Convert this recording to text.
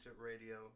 Radio